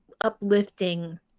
uplifting